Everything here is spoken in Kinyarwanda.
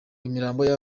y’aba